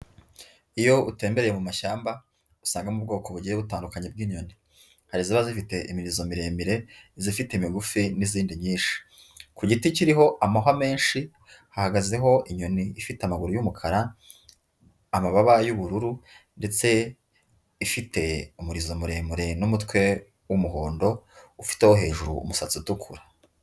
Iyo utembereye mu mashyamba usanga mu bwoko bugiye butandukanye bw'inyoni, hari ziba zifite imirizo miremire, izifite imigufi n'izindi nyinshi. Ku giti kiriho amahwa menshi hahagazeho inyoni ifite amaguruye y'umukara, amababa y'ubururu ndetse ifite umurizo muremure n'umutwe wumuhondo ufite ho hejuru umusatsi utukura.